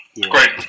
great